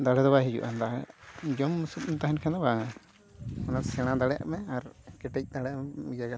ᱫᱟᱲᱮ ᱫᱚ ᱵᱟᱭ ᱦᱤᱡᱩᱜᱼᱟ ᱫᱟᱲᱮ ᱡᱚᱢ ᱵᱩᱥᱩᱵᱮᱢ ᱛᱟᱦᱮᱱ ᱠᱷᱟᱱ ᱫᱚ ᱵᱟᱝᱟ ᱚᱱᱟ ᱥᱮᱬᱟ ᱫᱟᱲᱮᱭᱟᱜᱢᱮ ᱟᱨ ᱠᱮᱴᱮᱡ ᱫᱟᱲᱮ ᱮᱢ ᱤᱭᱟᱹᱭᱟ